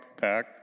back